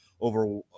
over